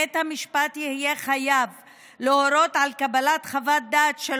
בית המשפט יהיה חייב להורות על קבלת חוות דעת של